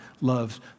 loves